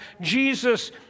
Jesus